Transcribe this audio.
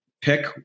pick